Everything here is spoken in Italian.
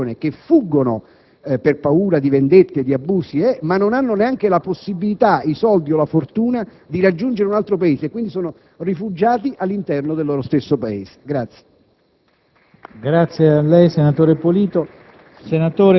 centinaia di migliaia, milioni di persone che fuggono per paura di vendette e di abusi, ma non hanno la possibilità, i soldi o la fortuna di raggiungere un altro Paese e quindi sono rifugiati all'interno del loro stesso Paese.